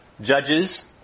Judges